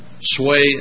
sway